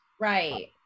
Right